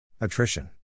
Attrition